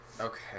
Okay